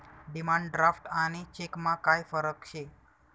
demand draft आणि चेकमा काय फरक शे